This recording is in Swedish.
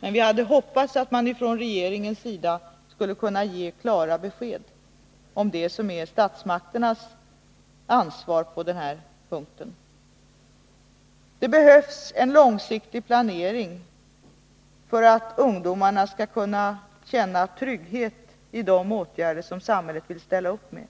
Men vi hade hoppats att regeringen skulle kunna ge klara besked om det som är statsmakternas ansvar på den här punkten. Det behövs en långsiktig planering för att ungdomarna skall kunna känna trygghet när det gäller de åtgärder som samhället vill ställa upp med.